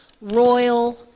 royal